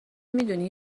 میدونی